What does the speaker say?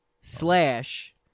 slash